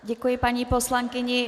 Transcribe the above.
Děkuji paní poslankyni.